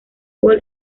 gol